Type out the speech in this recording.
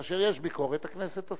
כאשר יש ביקורת, הכנסת עושה.